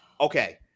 Okay